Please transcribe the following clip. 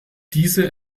diese